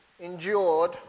endured